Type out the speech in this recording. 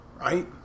Right